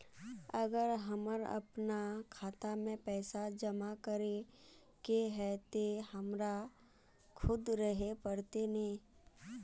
अगर हमर अपना खाता में पैसा जमा करे के है ते हमरा खुद रहे पड़ते ने?